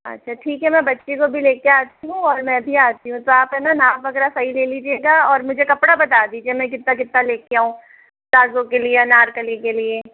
अच्छा ठीक है मैं बच्चे को भी ले के आती हूँ और मैं भी आती हूँ और आप है ना नाप वगैरह सही ले लीजिए गया और मुझे कपड़ा बता दीजिए मैं कितना कितना ले के आऊं पलाज़ो के लिए अनार्कली के लिए